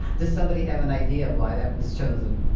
does somebody have an idea why that was chosen?